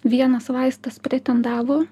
vienas vaistas pretendavo